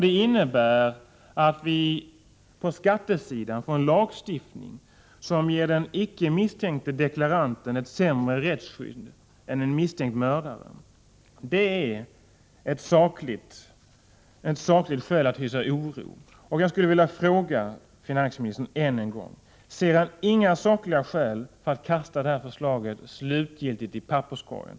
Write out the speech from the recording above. Det innebär att vi på skattesidan får en lagstiftning som ger den icke misstänkte deklaranten ett sämre rättsskydd än en misstänkt mördare. Detta är ett sakligt skäl att hysa oro. Och jag vill fråga finansministern än en gång: Ser finansministern inga sakliga skäl för att kasta det här förslaget slutgiltigt i papperskorgen?